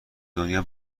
دنیا